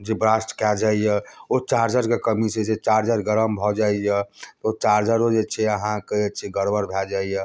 जे ब्रास्ट कए जाइया ओ चार्जरके कमीसँ हय छै चार्जर गरम भऽ जाइया ओ चार्जरो जे छै अहाँ कऽ जे छै गड़बड़ भए जाइया